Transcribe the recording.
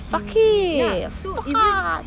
fuck it fuck ah